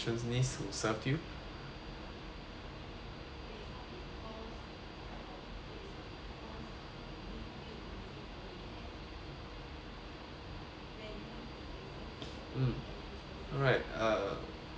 mm alright uh